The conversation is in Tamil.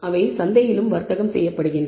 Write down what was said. இவை சந்தையிலும் வர்த்தகம் செய்யப்படுகின்றன